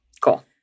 Cool